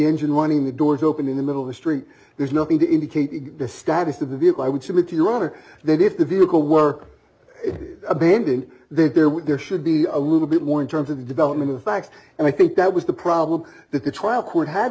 engine running the door's open in the middle of the street there's nothing to indicate the status of the vehicle i would submit to your honor that if the vehicle work it abandoned there with there should be a little bit more in terms of the development of the facts and i think that was the problem that the trial court had